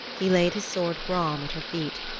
he laid his sword gram at her feet,